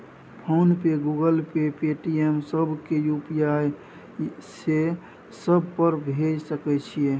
Phone pay, Google pay, Paytm, सब के UPI से सब पर भेज सके छीयै?